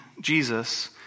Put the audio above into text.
Jesus